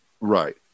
Right